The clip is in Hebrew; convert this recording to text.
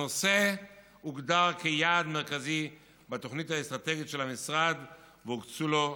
הנושא הוגדר כיעד מרכזי בתוכנית האסטרטגית של המשרד והוקצו לו תקציבים.